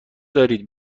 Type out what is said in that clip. دارید